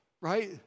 Right